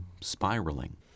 spiraling